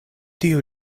tiu